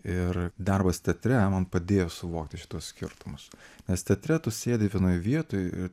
ir darbas teatre man padėjo suvokti šituos skirtumus nes teatre tu sėdi vienoj vietoj ir